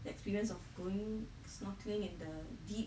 the experience of going snorkeling in the deep